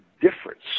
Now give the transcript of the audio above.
difference